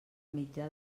mitjà